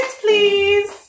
please